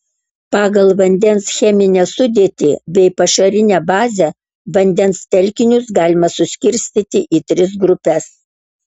pagal vandens cheminę sudėtį bei pašarinę bazę vandens telkinius galima suskirstyti į tris grupes